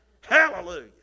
Hallelujah